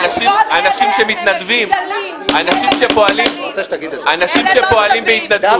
אנשים שפועלים בהתנדבות.